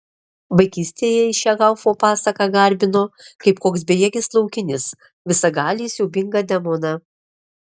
vaikystėje ji šią haufo pasaką garbino kaip koks bejėgis laukinis visagalį siaubingą demoną